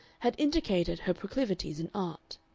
had indicated her proclivities in art.